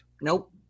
nope